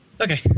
Okay